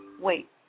wait